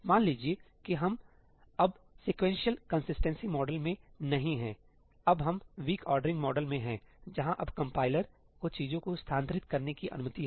मान लीजिए कि हम अब सीक्वेंशियल कंसिस्टेंसी मॉडल में नहीं हैं सही अब हम वीक औरड्रिंग मॉडल में हैं जहां अब कंपाइलर को चीजों को स्थानांतरित करने की अनुमति है